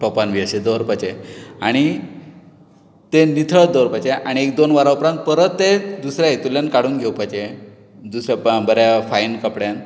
तॉपान बीन अशें दवरपाचें आनी तें नितळत दवरपाचें आनी एक दोन वरां उपरांत परत ते दुसऱ्या हेतूंतल्यान काडून घेवपाचें दुसऱ्या बऱ्या फायन कपड्यान